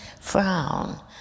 frown